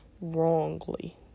wrongly